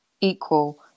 equal